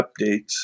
updates